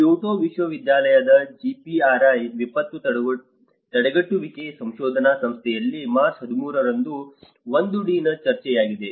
Kyoto ವಿಶ್ವವಿದ್ಯಾಲಯದ DPRI ವಿಪತ್ತು ತಡೆಗಟ್ಟುವಿಕೆ ಸಂಶೋಧನಾ ಸಂಸ್ಥೆಯಲ್ಲಿ ಮಾರ್ಚ್ 13 ರಂದು 1D ನ ಚರ್ಚೆಯಾಗಿದೆ